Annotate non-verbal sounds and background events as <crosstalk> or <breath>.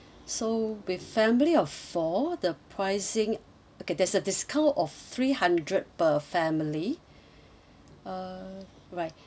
so with family of four the pricing okay there's a discount of three hundred per family <breath> uh right